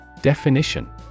Definition